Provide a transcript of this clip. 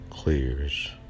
Clears